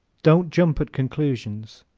don't jump at conclusions.